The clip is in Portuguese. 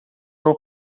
não